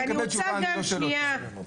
אני רוצה להתייחס לכמה דברים שנאמרו.